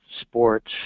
sports